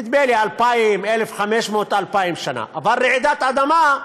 נדמה לי 1,500 2,000 שנה, אבל רעידת אדמה,